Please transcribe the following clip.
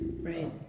Right